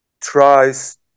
tries